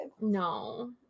No